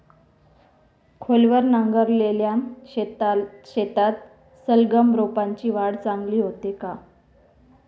खोलवर नांगरलेल्या शेतात सलगम रोपांची वाढ चांगली होते